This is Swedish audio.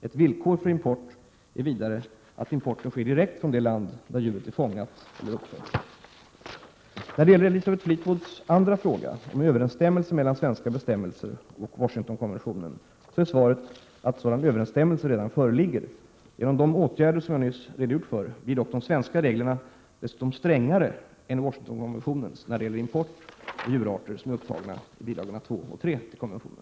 Ett villkor för import är vidare att importen sker direkt från det land där djuret är fångat eller uppfött. När det gäller Elisabeth Fleetwoods andra fråga om överensstämmelse mellan svenska bestämmelser och Washingtonkonventionen är svaret att sådan överensstämmelse redan föreligger. Genom de åtgärder jag nyss redogjorde för blir dock de svenska reglerna dessutom strängare än Washingtonkonventionens när det gäller import av djurarter upptagna i bilagorna II och III till konventionen.